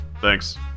thanks